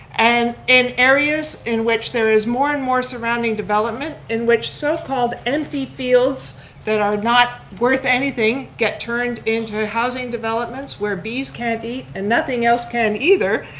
and in areas in which there is more and more surrounding development in which so-called empty fields that are not worth anything get turned into housing developments where bees can't eat and nothing else can either,